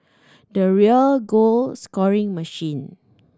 the real goal scoring machine